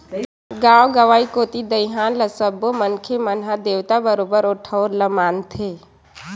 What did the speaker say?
गाँव गंवई कोती दईहान ल सब्बो मनखे मन ह देवता बरोबर ओ ठउर ल मानथे